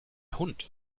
hund